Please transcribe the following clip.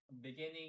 Beginning